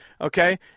Okay